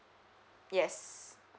yes